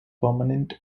permanent